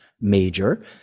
major